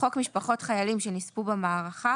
"חוק משפחות חיילים שנספו במערכה"